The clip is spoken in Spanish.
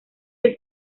del